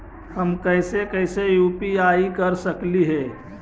हम कैसे कैसे यु.पी.आई कर सकली हे?